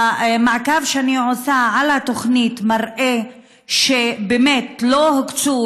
המעקב שאני עושה על התוכנית מראה שבאמת לא הוקצו